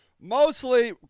Mostly